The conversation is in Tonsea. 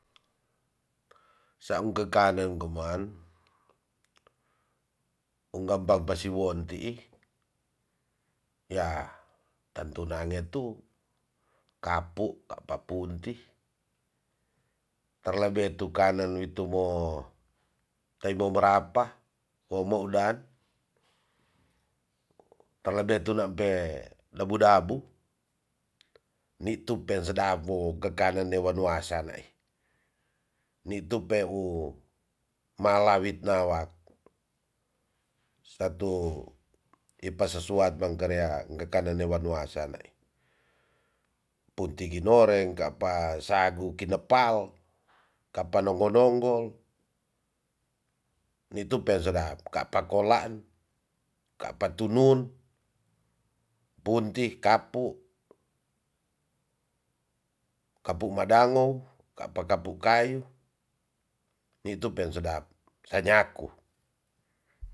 Saung kekanen kuman ungka pa pasi wonti ya tentu nange tu kapu kapa punti terlebe tu kanen witu wo taimo meraopa wo mou dan telebe tunam pe dabu dabu nitu pe sedap wo kekanen newan wasa nai nitu peu mala witnawak satu ipa sesuak bangkarea ngekanen newan wasa nai puti ginoreng kapa sagu pinekal kapa nonggo nonggol nitu pe sedap kapa kolan kapa tunun punti kapu kapu madango kapa kapu kayu nitu pen sedap sanyaku.